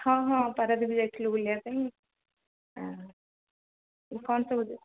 ହଁ ହଁ ପାରାଦ୍ୱୀପ ଯାଇଥିଲୁ ବୁଲିବା ପାଇଁ କ'ଣ ସବୁ